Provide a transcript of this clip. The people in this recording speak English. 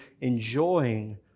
enjoying